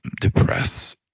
depress